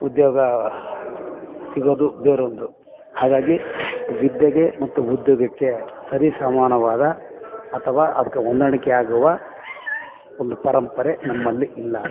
ಉದ್ಯೋಗ ಸಿಗೋದು ಬೇರೊಂದು ಹಾಗಾಗಿ ವಿದ್ಯೆಗೆ ಮತ್ತು ಉದ್ಯೋಗಕ್ಕೆ ಸರಿಸಮಾನವಾದ ಅಥವಾ ಅದಕ್ಕೆ ಹೊಂದಾಣಿಕೆಯಾಗುವ ಒಂದು ಪರಂಪರೆ ನಮ್ಮಲ್ಲಿ ಇಲ್ಲ